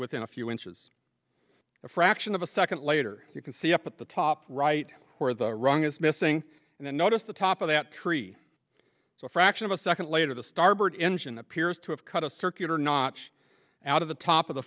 within a few inches a fraction of a second later you can see up at the top right where the wrong is missing and then notice the top of that tree so a fraction of a second later the starboard engine appears to have cut a circular notch out of the top of the